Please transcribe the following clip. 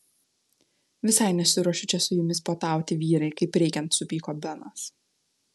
visai nesiruošiu čia su jumis puotauti vyrai kaip reikiant supyko benas